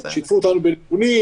הם שיתפו אותנו בנתונים.